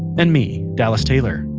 and me, dallas taylor.